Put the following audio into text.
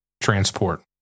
transport